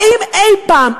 האם אי-פעם,